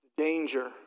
danger